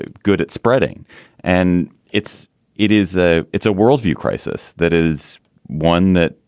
ah good at spreading and it's it is a it's a worldview crisis that is one that.